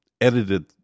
edited